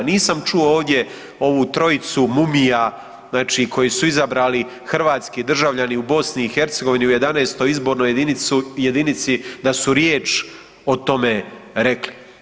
Nisam čuo ovdje ovu trojicu mumija znači koji su izabrali hrvatski državljani u BiH u 11. izbornoj jedinici da su riječ o tome rekli.